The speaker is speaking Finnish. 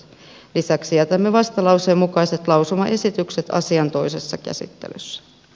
lisäksi jätämme vastalauseen mukaiset lausumaesitykset asian toisessa käsittelyssä